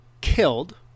killed